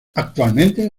actualmente